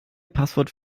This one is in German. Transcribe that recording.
passwort